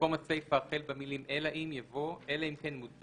ובמקום הסיפה החל במילים "אלא אם" יבוא "אלא אם כן מודפסת